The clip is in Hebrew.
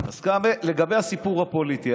לגבי הסיפור הפוליטי,